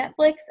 Netflix